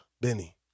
Benny